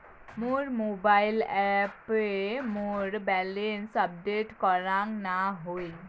মোর mobile অ্যাপে মোর balance update করাং না হই